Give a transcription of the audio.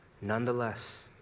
Nonetheless